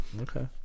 Okay